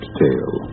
tale